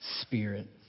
spirit